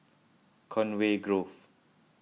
Conway Grove